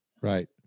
Right